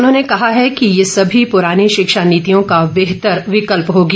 उन्होंने कहा है कि यह सभी पूरानी शिक्षा नीतियों का बेहतर विकल्प होगी